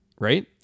Right